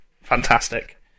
fantastic